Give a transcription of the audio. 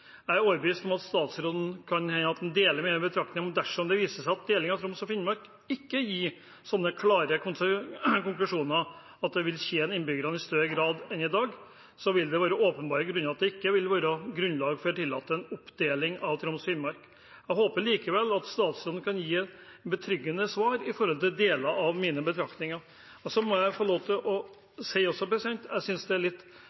kan hende statsråden deler mine betraktninger, men jeg er overbevist om at dersom det viser seg at deling av Troms og Finnmark ikke gir klare konklusjoner om at det vil tjene innbyggerne i større grad enn i dag, vil det være åpenbare grunner til at det ikke vil være grunnlag for å tillate en oppdeling av Troms og Finnmark. Jeg håper likevel at statsråden kan gi et betryggende svar når det gjelder deler av mine betraktninger. Så må jeg også få lov til å si at jeg syns det er litt